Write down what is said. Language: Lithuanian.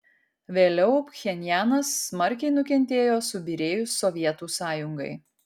vėliau pchenjanas smarkiai nukentėjo subyrėjus sovietų sąjungai